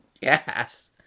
Yes